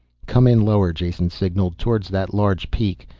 come in lower, jason signaled. towards that large peak.